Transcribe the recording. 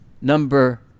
number